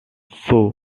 also